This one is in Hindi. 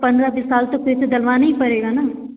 पंद्रह बीस साल तो फिर से डलवाना ही पड़ेगा न